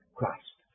Christ